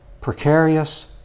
precarious